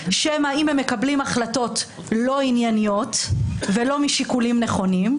שמא הם מקבלים החלטות לא ענייניות ולא משיקולים נכונים,